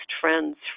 friends